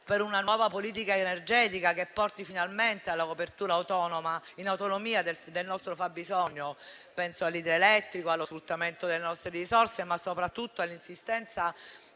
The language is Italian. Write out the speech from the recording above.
per una nuova politica energetica che porti finalmente a coprire in autonomia il nostro fabbisogno (penso all'idroelettrico, allo sfruttamento delle nostre risorse, ma soprattutto l'insistenza